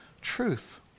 truth